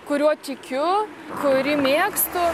kuriuo tikiu kurį mėgstu